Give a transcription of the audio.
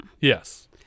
Yes